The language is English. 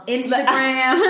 Instagram